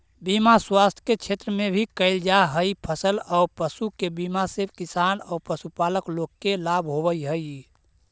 बीमा स्वास्थ्य के क्षेत्र में भी कैल जा हई, फसल औ पशु के बीमा से किसान औ पशुपालक लोग के लाभ होवऽ हई